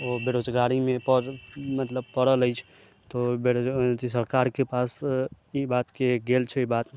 ओ बेरोजगारीमे पर मतलब पड़ल अछि तऽ बेरोज अथी सरकारके पास ई बातके गेल छै बात